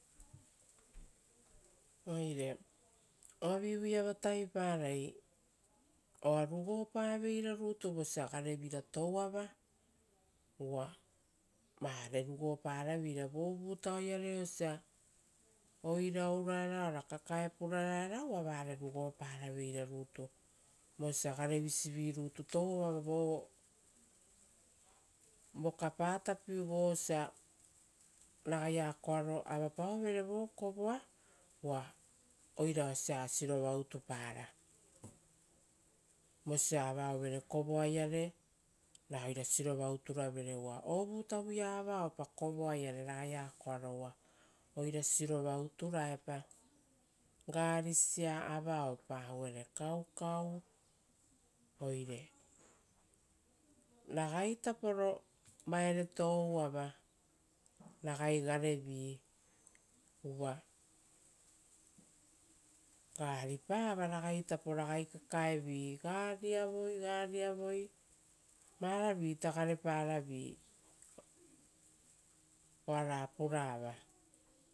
Oire oavivuiava taviparai oa rugopaveira rutu vosia garevira touava, vo vutaoiare osia oira ouraera ora kakae puraraera uva vare rugoparaveira rutu. Vosia garevisi rutu touava vo vokapa tapi. Vosia ragai akoaro avapaovere vore kovoa, uva oira osia sirova utupara, vosia avaovere kovoaiare ra oira sirova uturavere, uva ovutavuia avaoapa kovoaiare ragai akoaro uva oira sirova uturaepa. Garisia avaopa auere kaukau, oire ragaitaporo vaereto ouava, ragai garevi uva garipava ragaitapo ragai kakaevi, gariavoi, varavirita gareparavi oara purava